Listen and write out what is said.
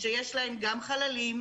כשיש להם גם חללים,